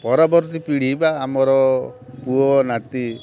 ପରବର୍ତ୍ତୀ ପିଢ଼ି ବା ଆମର ପୁଅ ନାତି